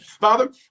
Father